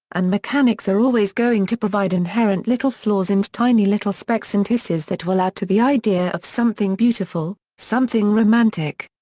and mechanics are always going to provide inherent little flaws and tiny little specks and hisses that will add to the idea of something beautiful, something romantic.